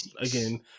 again